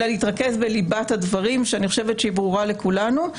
אלא להתרכז בליבת הדברים שברורה לכולנו.